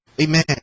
Amen